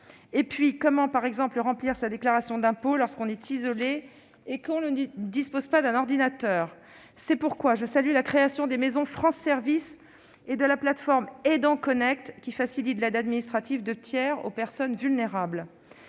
Et comment, par exemple, remplir sa déclaration d'impôts, lorsque l'on est isolé et que l'on ne dispose pas d'un ordinateur ? C'est pourquoi je salue la création des maisons France Services et de la plateforme Aidants Connect, qui facilite l'aide administrative de tiers aux personnes vulnérables.